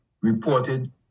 reported